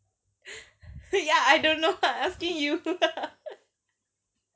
ya I don't know I asking you